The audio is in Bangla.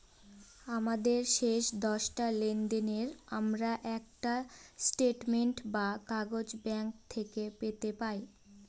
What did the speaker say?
আমাদের শেষ দশটা লেনদেনের আমরা একটা স্টেটমেন্ট বা কাগজ ব্যাঙ্ক থেকে পেতে পাই